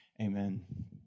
amen